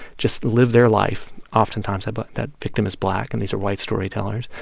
just live their life. oftentimes, but that victim is black, and these are white storytellers.